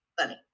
funny